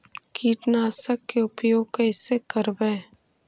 कीटनाशक के उपयोग कैसे करबइ?